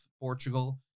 Portugal